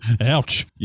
Ouch